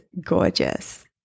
gorgeous